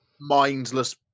mindless